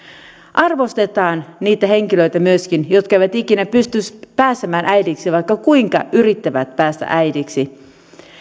arvostakaamme niitä henkilöitä myöskin jotka eivät ikinä pysty pääsemään äidiksi vaikka kuinka yrittävät päästä äidiksi